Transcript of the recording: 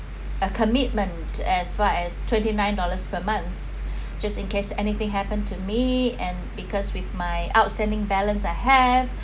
a commitment as far as twenty nine dollars per months just in case anything happen to me and because with my outstanding balance I have